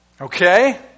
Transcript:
Okay